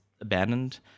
abandoned